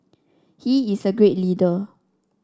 he is a great leader